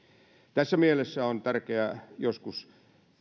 tässä mielessä on tärkeää joskus